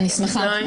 אני שמחה.